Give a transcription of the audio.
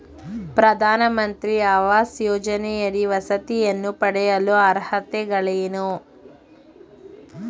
ಪ್ರಧಾನಮಂತ್ರಿ ಆವಾಸ್ ಯೋಜನೆಯಡಿ ವಸತಿಯನ್ನು ಪಡೆಯಲು ಅರ್ಹತೆಗಳೇನು?